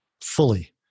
fully